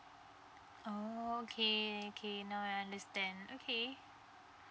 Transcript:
oh okay okay now I understand okay